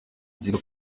nziga